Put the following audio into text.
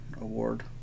Award